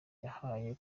yahaye